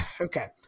Okay